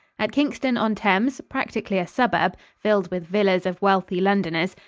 at kingston-on-thames, practically a suburb, filled with villas of wealthy londoners,